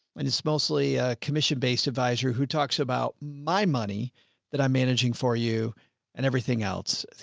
and it's mostly a commission-based advisor who talks about my money that i'm managing for you and everything else.